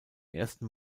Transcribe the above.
ersten